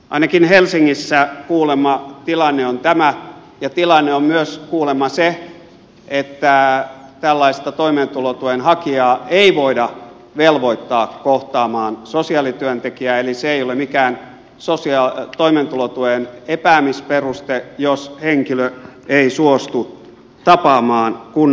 ainakin helsingissä kuulemma tilanne on tämä ja tilanne on myös kuulemma se että tällaista toimeentulotuen hakijaa ei voida velvoittaa kohtaamaan sosiaalityöntekijää eli se ei ole mikään toimeentulotuen epäämisperuste jos henkilö ei suostu tapaamaan kunnan sosiaalityöntekijää